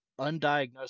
undiagnosed